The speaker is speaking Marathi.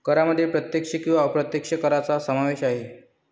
करांमध्ये प्रत्यक्ष किंवा अप्रत्यक्ष करांचा समावेश आहे